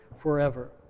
forever